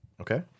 Okay